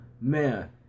man